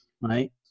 Right